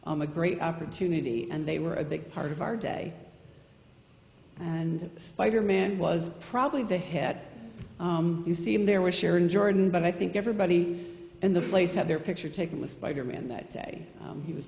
a great opportunity and they were a big part of our day and spider man was probably the head you see him there was sharon jordan but i think everybody in the place had their picture taken with spider man that day he was